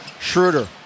Schroeder